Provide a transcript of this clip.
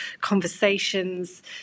conversations